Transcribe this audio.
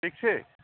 ठीक छै